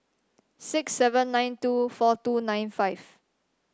six seven nine two four two nine five